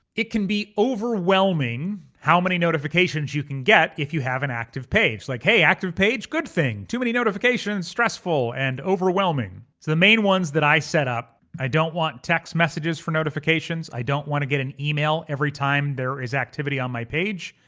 it can be overwhelming how many notifications you can get if you have an active page. like, hey active page, good thing. too many notifications, stressful and overwhelming. so the main ones that i set up, i don't want text messages for notifications. i don't want to get an email every time there is activity on my page.